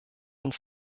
uns